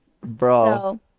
Bro